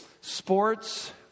sports